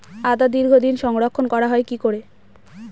আদা দীর্ঘদিন সংরক্ষণ করা হয় কি করে?